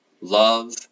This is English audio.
love